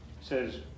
says